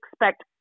expect